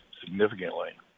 significantly